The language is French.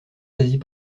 saisis